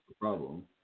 problem